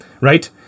Right